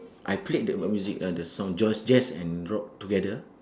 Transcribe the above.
I played the rock music ah the song just jazz and rock together